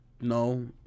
No